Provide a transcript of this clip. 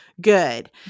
good